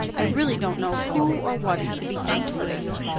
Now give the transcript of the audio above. i really don't know who or what is to be thanked for this.